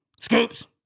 scoops